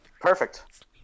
Perfect